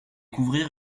couvrir